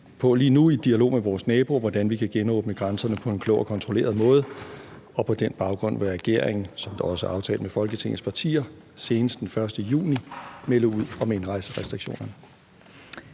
også lige nu i dialog med vores naboer på, hvordan vi kan genåbne grænserne på en klog og kontrolleret måde, og på den baggrund vil regeringen, som det også er aftalt med Folketingets partier, senest den 1. juni melde ud om indrejserestriktionerne.